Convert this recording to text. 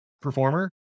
performer